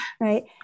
right